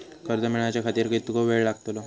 कर्ज मेलाच्या खातिर कीतको वेळ लागतलो?